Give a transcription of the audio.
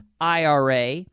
IRA